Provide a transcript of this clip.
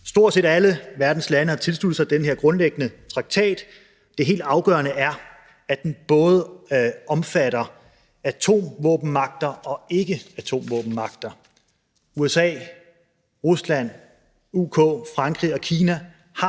Stort set alle verdens lande har tilsluttet sig den her grundlæggende traktat. Det helt afgørende er, at den både omfatter atomvåbenmagter og ikkeatomvåbenmagter. USA, Rusland, UK, Frankrig og Kina har